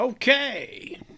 Okay